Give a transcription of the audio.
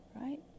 right